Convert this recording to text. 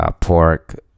pork